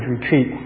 Retreat